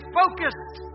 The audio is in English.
focused